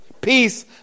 peace